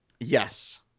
Yes